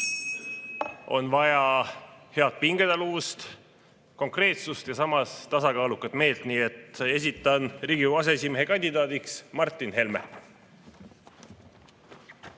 on vaja head pingetaluvust, konkreetsust ja samas tasakaalukat meelt. Esitan Riigikogu aseesimehe kandidaadiks Martin Helme.